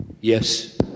Yes